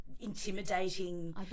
intimidating